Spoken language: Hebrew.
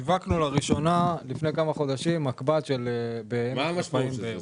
שיווקנו לפני כמה חודשים מקב"ת של -- מה המשמעות של זה?